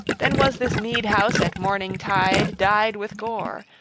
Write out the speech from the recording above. then was this mead-house at morning tide dyed with gore,